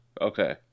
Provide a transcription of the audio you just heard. okay